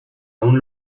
aún